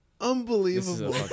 Unbelievable